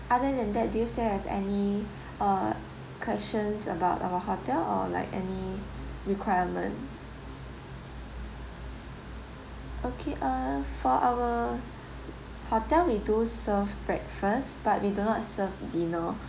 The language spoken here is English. other than that do you still have any uh questions about our hotel or like any requirement okay err for our hotel we do serve breakfast but we do not serve dinner